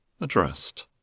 addressed